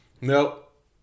Nope